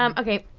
um okay.